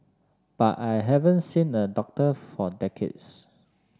but I haven't seen a doctor for decades